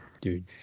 dude